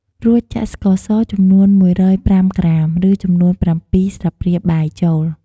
រួចចាក់ស្ករស ចំនួន១០៥ក្រាម ឬចំនួន៧ស្លាបព្រាបាយចូល។